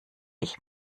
ich